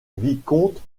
vicomte